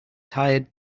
tired